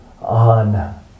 on